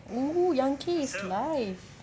!woo! yanke is life